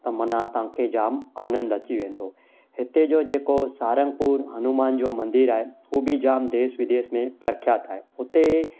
त माना तव्हांखे जाम आनंद अची वेंदो हिते जो जेको सारंगपुर हनुमान जो मंदरु आहे उहो बि जाम देश विदेश में प्रख्यात आहे हुते